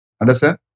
Understand